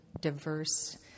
diverse